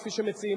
כפי שמציעים,